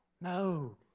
No